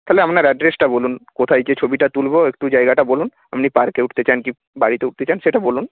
তাহলে আপনার অ্যাড্রেসটা বলুন কোথায় গিয়ে ছবিটা তুলব একটু জায়গাটা বলুন আপনি পার্কে উঠতে চান কি বাড়িতে উঠতে চান সেটা বলুন